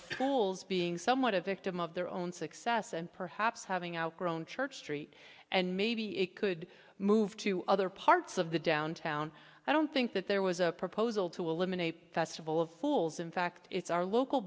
jewels being somewhat a victim of their own success and perhaps having outgrown church street and maybe it could move to other parts of the downtown i don't think that there was a proposal to eliminate festival of fools in fact it's our local